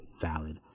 valid